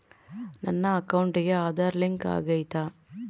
ನನ್ನ ಅಕೌಂಟಿಗೆ ಆಧಾರ್ ಲಿಂಕ್ ಆಗೈತಾ?